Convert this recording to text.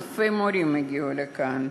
אלפי מורים הגיעו לכאן,